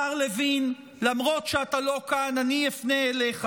השר לוין, למרות שאתה לא כאן, אני אפנה אליך: